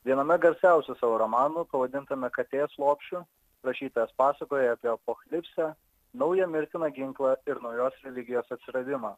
viename garsiausių savo romanų pavadintame katės lopšiu rašytojas pasakoja apie apokalipsę naują mirtiną ginklą ir naujos religijos atsiradimą